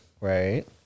Right